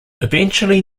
eventually